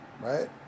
right